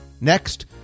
Next